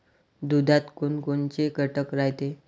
दुधात कोनकोनचे घटक रायते?